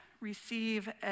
receive